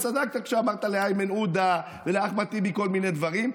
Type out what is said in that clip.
וצדקת כשאמרת לאיימן עודה ולאחמד טיבי כל מיני דברים,